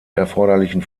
erforderlichen